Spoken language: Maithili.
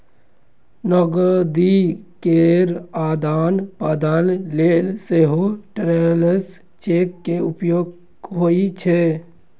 नकदी केर आदान प्रदान लेल सेहो ट्रैवलर्स चेक के उपयोग होइ छै